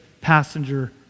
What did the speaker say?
passenger